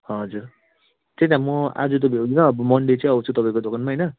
हजुर त्यही त म आज त भ्याउँदिनँ अब मन्डे चाहिँ आउँछु म तपाईँको दोकानमा होइन